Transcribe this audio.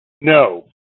No